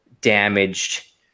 damaged